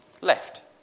left